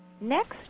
Next